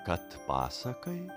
kad pasakai